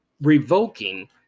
revoking